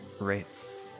rates